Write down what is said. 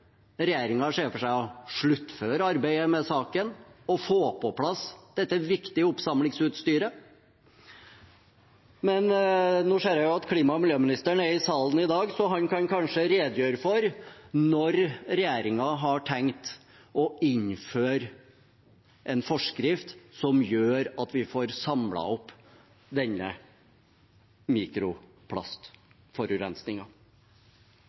ser for seg å sluttføre arbeidet med saken og få på plass dette viktige oppsamlingsutstyret, men jeg ser jo at klima- og miljøministeren er i salen i dag, så han kan kanskje redegjøre for når regjeringen har tenkt å innføre en forskrift som gjør at vi får samlet opp denne